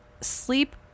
sleep